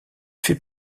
fait